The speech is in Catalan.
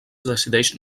decideix